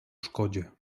szkodzie